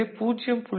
எனவே 0